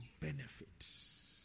benefits